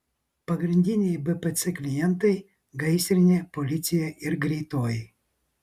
pagrindiniai bpc klientai gaisrinė policija ir greitoji